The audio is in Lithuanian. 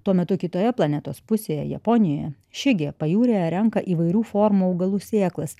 tuo metu kitoje planetos pusėje japonijoje šigi pajūryje renka įvairių formų augalų sėklas